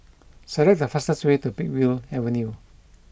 select the fastest way to Peakville Avenue